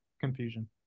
confusion